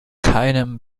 keinem